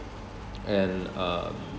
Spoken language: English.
and uh